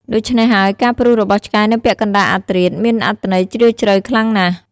ដូច្នេះហើយ ការព្រុសរបស់ឆ្កែនៅពាក់កណ្តាលអធ្រាត្រមានអត្ថន័យជ្រាលជ្រៅខ្លាំងណាស់។